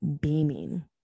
beaming